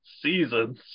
seasons